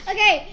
Okay